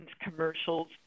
commercials